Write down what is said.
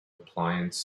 appliance